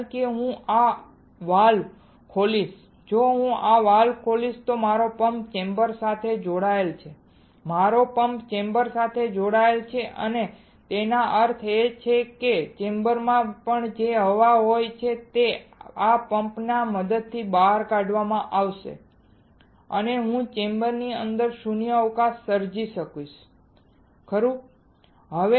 કારણ કે જો હું આ વાલ્વ ખોલીશ જો હું આ વાલ્વ ખોલીશ તો મારો પંપ ચેમ્બર સાથે જોડાયેલ છે મારો પંપ ચેમ્બર સાથે જોડાયેલ છે અને તેનો અર્થ એ કે ચેમ્બરમાં જે પણ હવા હોય તે આ પંપની મદદથી બહાર કાઢવામાં આવશે અને હું ચેમ્બરની અંદર શૂન્યાવકાશ સર્જી શકીશ ખરું ને